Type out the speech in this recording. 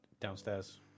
Downstairs